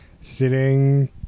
Sitting